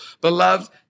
beloved